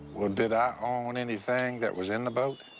did i own anything that was in the boat?